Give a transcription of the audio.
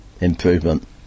improvement